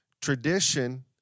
Tradition